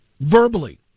verbally